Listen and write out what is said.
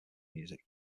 music